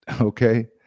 okay